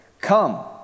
Come